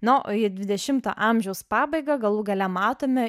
na o į dvidešimto amžiaus pabaigą galų gale matome